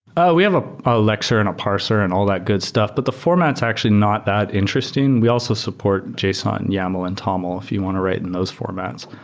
ah we have ah a lecture and a parser and all that good stuff, but the format's actually not that interesting. we also support json, yaml and taml if you want to write in those formats.